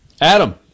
Adam